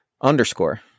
underscore